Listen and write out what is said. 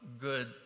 good